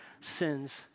sins